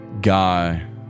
Guy